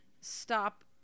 stop